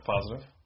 positive